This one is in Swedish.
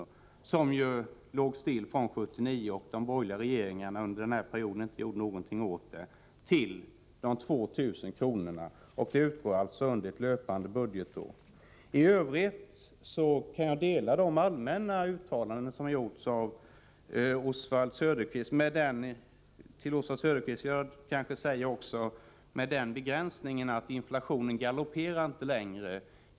— detta belopp låg still från 1979 då de borgerliga regeringarna inte gjorde något åt detta — till 2 000 kr. Det utgår under ett löpande budgetår. I övrigt kan jag instämma i de allmänna uttalanden som gjorts. Men till Oswald Söderqvist vill jag göra den begränsningen att inflationen inte galopperar längre.